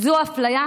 זו אפליה,